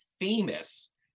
famous